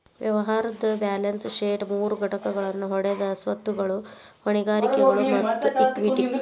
ವ್ಯವಹಾರದ್ balance sheet ಮೂರು ಘಟಕಗಳನ್ನ ಹೊಂದೆದ ಸ್ವತ್ತುಗಳು, ಹೊಣೆಗಾರಿಕೆಗಳು ಮತ್ತ ಇಕ್ವಿಟಿ